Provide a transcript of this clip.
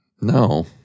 no